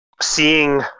seeing